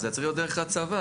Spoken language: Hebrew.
זה צריך להיות דרך הצבא.